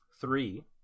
three